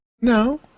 No